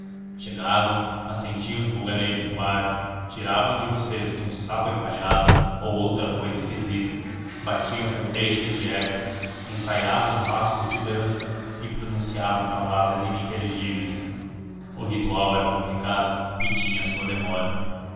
chegavam acendiam um fogareiro no quarto tiravam de um cesto um sapo empalhado ou outra cousa esquisita batiam com feixes de ervas ensaiavam passos de dança e pronunciavam palavras ininteligíveis o ritual era complicado e tinha a sua demora